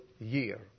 year